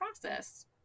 process